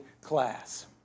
class